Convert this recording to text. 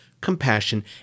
compassion